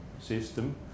system